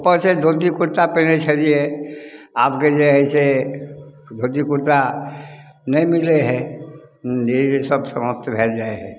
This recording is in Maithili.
ऊपर से धोती कुर्ता पेन्है छलियै आबके जे हइ से धोती कुर्ता नहि मिलै हइ धीरे धीरे सब समाप्त भेल जाइ हइ